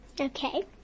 Okay